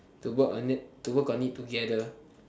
to work on it to work on it together